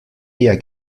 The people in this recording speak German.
eher